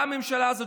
באה הממשלה הזאת,